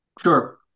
Sure